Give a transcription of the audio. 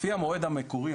לפי המועד המקורי,